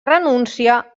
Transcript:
renúncia